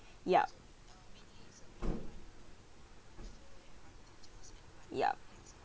yup yup